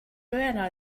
ruin